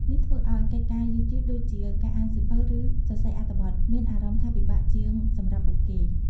នេះធ្វើឱ្យកិច្ចការយឺតៗ ដូចជាការអានសៀវភៅ ឬសរសេរអត្ថបទ មានអារម្មណ៍ថាពិបាកជាងសម្រាប់ពួកគេ។